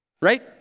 right